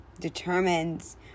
determines